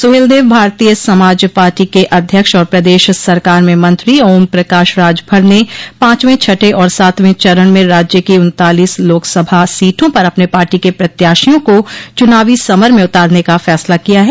Suheldev Bharatiya Samaj Party के अध्यक्ष और प्रदेश सरकार में मंत्री ओम प्रकाश राजभर ने पांचवें छठे और सातवें चरण में राज्य की उन्तालीस लोकसभा सीटों पर अपने पार्टी के प्रत्याशियों को चुनावो समर में उतारने का फसला किया है